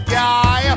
guy